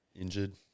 injured